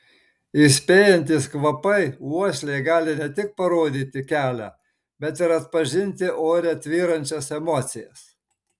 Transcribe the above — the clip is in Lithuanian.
įspėjantys kvapai uoslė gali ne tik parodyti kelią bet ir atpažinti ore tvyrančias emocijas